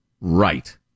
Right